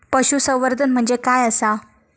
पशुसंवर्धन म्हणजे काय आसा?